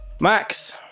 Max